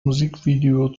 musikvideo